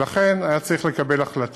ולכן היה צריך לקבל החלטה.